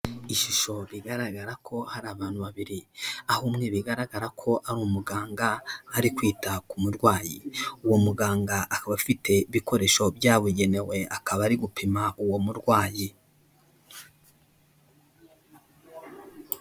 Ishusho bigaragara ko hari abantu babiri. Aho umwe bigaragara ko ari umuganga ari kwita ku murwayi. Uwo muganga akaba afite ibikoresho byabugenewe, akaba ari gupima uwo murwayi.